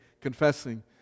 confessing